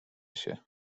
się